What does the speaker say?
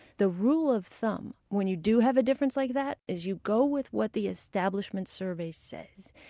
the rule of thumb, when you do have a difference like that, is you go with what the establishment survey says.